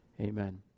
Amen